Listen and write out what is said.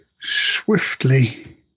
swiftly